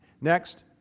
Next